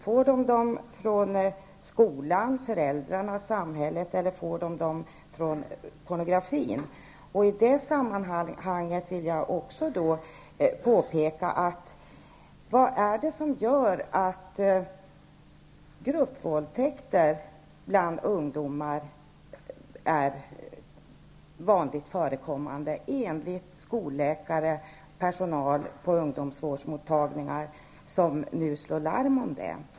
Får de dem från skolan, föräldrarna, samhället, eller får de dem från pornografin? I det sammanhanget vill jag också ställa frågan: Vad är det som gör att gruppvåldtäkter är vanligt förekommande bland ungdomar enligt skolläkare och personal på ungdomsmottagningar, som nu slår larm om det?